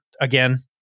again